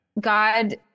god